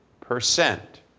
percent